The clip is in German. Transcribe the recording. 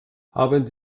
haben